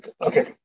Okay